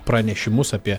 pranešimus apie